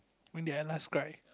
when did I last cry